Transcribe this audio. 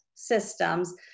systems